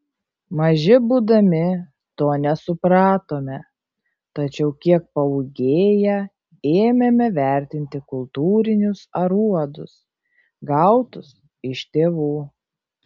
maži būdami to nesupratome tačiau kiek paūgėję ėmėme vertinti kultūrinius aruodus gautus iš tėvų